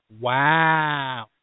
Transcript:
Wow